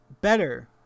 Better